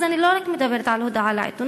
אז אני לא מדברת רק על הודעה לעיתונות,